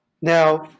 Now